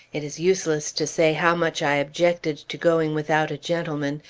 it is useless to say how much i objected to going without a gentleman.